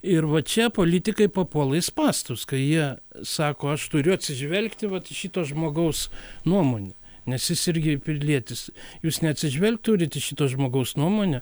ir va čia politikai papuola į spąstus kai jie sako aš turiu atsižvelgti vat į šito žmogaus nuomonę nes jis irgi pilietis jūs neatsižvelgt turit į šito žmogaus nuomonę